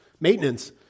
maintenance